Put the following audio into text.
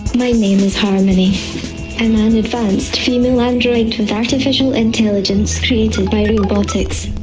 my name harmony and i'm an advanced female android with artificial intelligence created by realbotix.